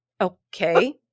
okay